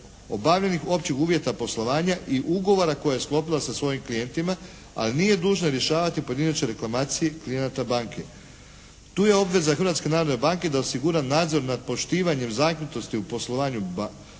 objavljenih općih uvjeta poslovanja i ugovora koje je sklopila sa svojim klijentima, ali nije dužna rješavati pojedinačne reklamacije klijenata banke. Tu je obveza Hrvatske narodne banke da osigura nadzor nad poštivanjem zakonitosti u poslovanju banaka